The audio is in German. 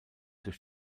durch